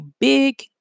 big